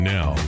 Now